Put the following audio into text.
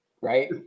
Right